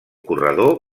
corredor